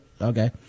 okay